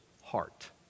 heart